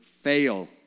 fail